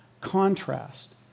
contrast